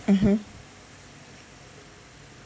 mmhmm